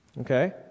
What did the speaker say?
okay